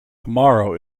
tomorrow